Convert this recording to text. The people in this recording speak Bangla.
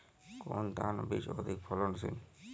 কোন ধান বীজ অধিক ফলনশীল?